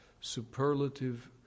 superlative